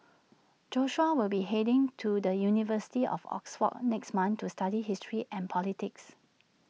Joshua will be heading to the university of Oxford next month to study history and politics